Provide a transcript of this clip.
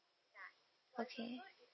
okay